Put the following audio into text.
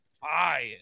fire